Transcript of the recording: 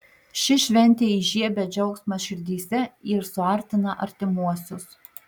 ši šventė įžiebia džiaugsmą širdyse ir suartina artimuosius